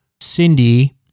Cindy